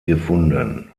gefunden